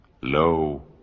Lo